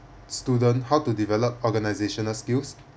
student how to develop organisational skills